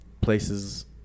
places